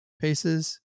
paces